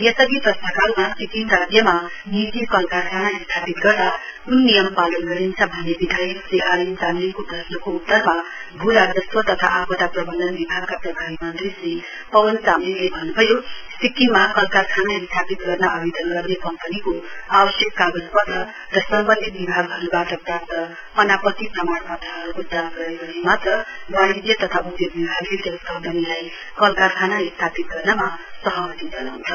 यसअधि प्रश्नकालमा सिक्किम राज्यमा निजी कल कारखाना स्थापित गर्दा क्न नियम पालन गरिन्छ भन्ने विधायक श्री आर एन चामलिङको प्रश्नको उत्तरमा भी राजस्व तथा आपदा प्रवन्धन विभागका प्रभारी मन्त्री श्री पवन चामलिङले भन्नुभयो सिक्किममा कल कारखाना स्थापित गर्न आवेदन गरने कम्पनीको आवश्यक कागजपत्र र सम्वन्धित विभागहरूबाट प्राप्त अनापति प्रमाण पत्रहरूको जाँच गरेपछि मात्र वाणिज्य तथा उधोग विभागले त्यस कम्पनीलाई कल कारखाना स्थापित गर्नमा सहमति जनाउँछ